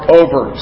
over